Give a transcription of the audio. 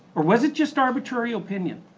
or was it just arbitrary opinion?